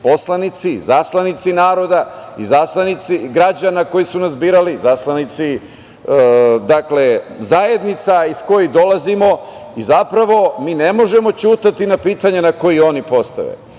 poslanici, izaslanici naroda, izaslanici građana koji su nas birali, izaslanici zajednica iz kojih dolazimo i mi ne možemo ćutati na pitanja koja oni postave. Mi